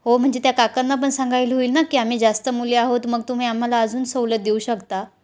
हो म्हणजे त्या काकांना पण सांगायला होईल ना की आम्ही जास्त मुली आहोत मग तुम्ही आम्हाला अजून सवलत देऊ शकता